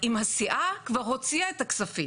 הסיעה כבר הוציא את הכספים,